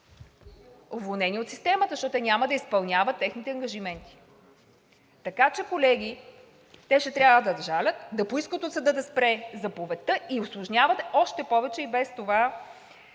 уволнение от системата, защото те няма да изпълняват техните ангажименти. Така че, колеги, те ще трябва да жалят, да поискат от съда да спре заповедта и усложняват още повече и без това